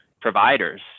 providers